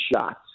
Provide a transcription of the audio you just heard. shots